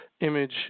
image